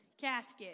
casket